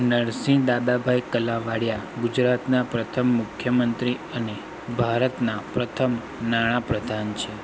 નરસિંહ દાદાભાઈ કલાવાડીયા ગુજરાતના પ્રથમ મુખ્યમંત્રી અને ભારતના પ્રથમ નાણાપ્રધાન છે